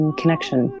connection